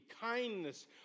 Kindness